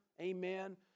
amen